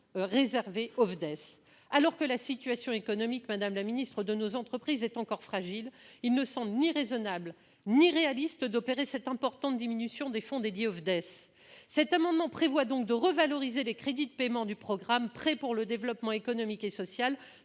réservé au FDES. Alors que la situation économique de nos entreprises est encore fragile, il ne semble ni raisonnable ni réaliste d'opérer cette importante diminution des fonds dédiés au FDES. Cet amendement vise donc à revaloriser les crédits de paiement du programme « Prêts pour le développement économique et social